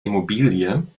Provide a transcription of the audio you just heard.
immobilie